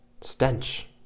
stench